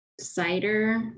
Cider